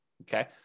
Okay